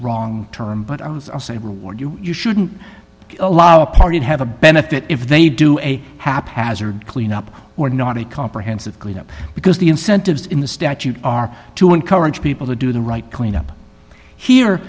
wrong term but others are cyberwar you you shouldn't allow a party to have a benefit if they do a haphazard clean up or not a comprehensive clean up because the incentives in the statute are to encourage people to do the right cleanup here